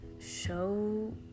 show